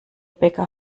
bäcker